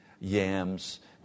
yams